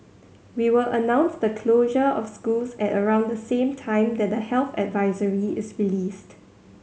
we will announce the closure of schools at around the same time that the health advisory is released